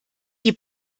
die